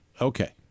Okay